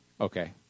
Okay